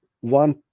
One